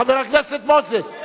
חבר הכנסת מוזס.